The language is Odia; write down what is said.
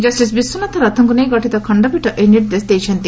ଜଷ୍ଟିସ୍ ବିଶ୍ୱନାଥ ରଥଙ୍କୁ ନେଇ ଗଠିତ ଖଣ୍ଡପୀଠ ଏହି ନିର୍ଦ୍ଦେଶ ଦେଇଛନ୍ତି